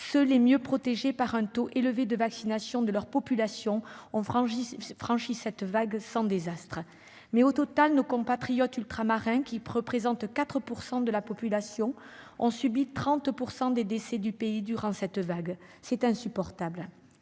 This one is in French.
les mieux protégés par un taux élevé de vaccination ont franchi cette vague sans désastre. Mais, au total, nos compatriotes ultramarins, qui représentent 4 % de la population, comptent pour 30 % des décès du pays durant cette vague. C'est insupportable